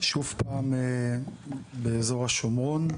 שוב באזור השומרון.